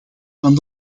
van